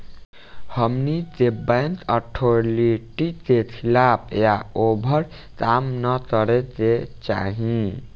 हमनी के bank authority के खिलाफ या ओभर काम न करे के चाही